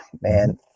man